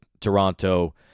Toronto